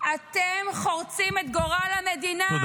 אתם חורצים את גורל המדינה.